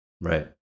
Right